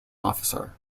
officer